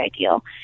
ideal